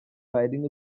riding